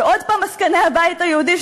ועוד הפעם עסקני הבית היהודי,